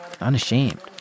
unashamed